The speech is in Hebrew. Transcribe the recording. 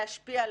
להשפיע,